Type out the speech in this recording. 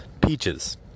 Peaches